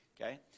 Okay